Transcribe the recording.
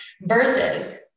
versus